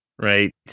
right